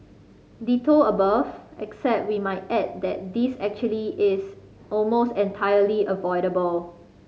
ditto above except we might add that this actually is almost entirely avoidable